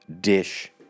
dish